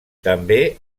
també